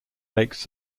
makes